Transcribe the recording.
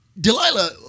Delilah